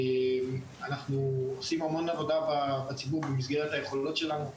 אנחנו עושים המון עבודה בציבור במסגרת היכולות שלנו.